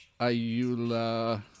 Ayula